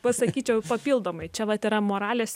pasakyčiau papildomai čia vat yra moralės